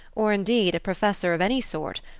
or indeed a professor of any sort,